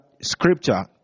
scripture